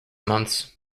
months